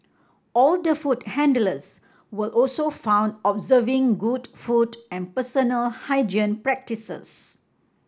all the food handlers were also found observing good food and personal hygiene practices